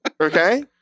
Okay